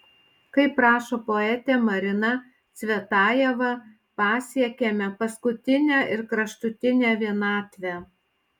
kaip rašo poetė marina cvetajeva pasiekiame paskutinę ir kraštutinę vienatvę